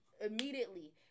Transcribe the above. immediately